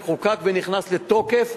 שחוקק ונכנס לתוקף,